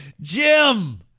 Jim